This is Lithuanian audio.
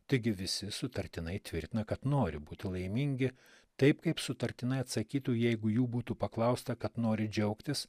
taigi visi sutartinai tvirtina kad nori būti laimingi taip kaip sutartinai atsakytų jeigu jų būtų paklausta kad nori džiaugtis